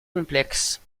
complexes